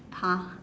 !huh!